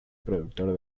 productor